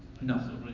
No